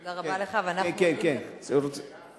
תודה רבה לך, ואנחנו מודים לך, אפשר לשאול שאלה?